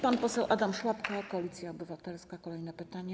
Pan poseł Adam Szłapka, Koalicja Obywatelska, kolejne pytanie.